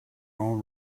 all